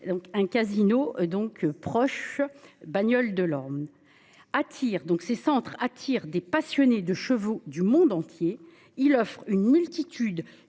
un casino donc proche Bagnoles de l'Orne. Attire donc ces centres attire des passionnés de chevaux du monde entier. Il offre une multitude